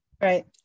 Right